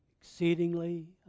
exceedingly